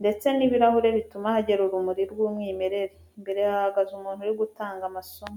ndetse n'ibirahure bituma hagera urumuri rw'umwimerere. Imbere hahagaze umuntu uri gutanga amasomo.